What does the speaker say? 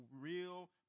real